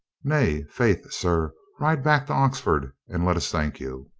nay, faith, sir ride back to oxford and let us thank you.